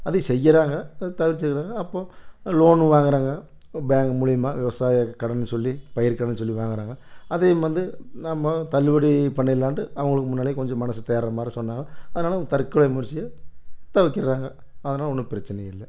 அது செய்யறாங்க அதை தவிர்த்துக்குறாங்க அப்போ லோன்னு வாங்குறாங்க ஒரு பேங்கு மூலியமாக விவசாய கடன்னு சொல்லி பயிர் கடன்னு சொல்லி வாங்குறாங்க அதையும் வந்து நம்ம தள்ளுபடி பண்ணிரலான்ட்டு அவங்களுக்கு முன்னாலயே கொஞ்சம் மனசு தேருர மாதிரி சொன்னா அதனால அவங்க தற்கொலை முயற்சியை தவித்துர்றாங்க அதனால ஒன்றும் பிரச்சனையே இல்லை